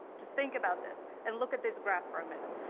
just think about this and look at this graph for a minute.